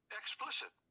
explicit